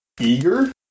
eager